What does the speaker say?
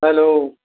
hello